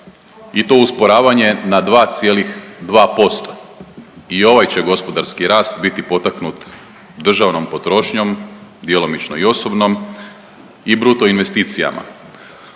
i to usporavanje na 2,2% i ovaj će gospodarski rast bit potaknut državnom potrošnjom, djelomično i osobnom i bruto investicijama.